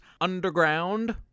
Underground